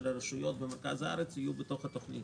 הרשויות במרכז הארץ יהיו בתוך התוכנית,